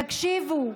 תקשיבו,